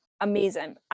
Amazing